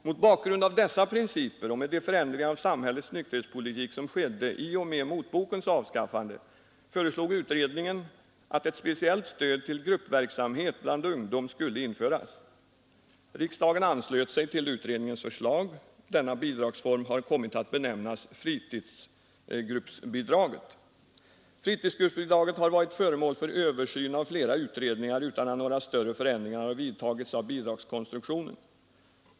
Mot bakgrund av dessa principer, och med de förändringar av samhällets nykterhetspolitik som skedde i och med motbokens avskaffande, föreslog utredningen att ett speciellt stöd till gruppverksamhet bland ungdom skulle införas. Riksdagen anslöt sig till utredningens förslag. Denna bidragsform har kommit att benämnas fritidsgruppsbidraget. Fritidsgruppsbidraget har varit föremål för översyn av flera utredningar utan att några större förändringar har vidtagits av bidragskonstruk tionen.